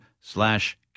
slash